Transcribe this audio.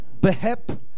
Behep